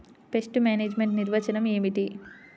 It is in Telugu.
పెస్ట్ మేనేజ్మెంట్ నిర్వచనం ఏమిటి?